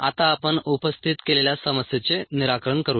आता आपण उपस्थित केलेल्या समस्येचे निराकरण करूया